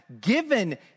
given